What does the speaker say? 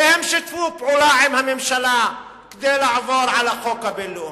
והם שיתפו פעולה עם הממשלה כדי לעבור על החוק הבין-לאומי.